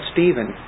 Stephen